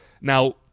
Now